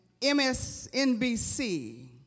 MSNBC